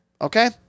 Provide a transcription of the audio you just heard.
Okay